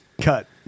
cut